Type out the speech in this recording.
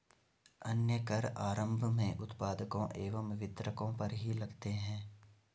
अन्य कर आरम्भ में उत्पादकों एवं वितरकों पर ही लगते हैं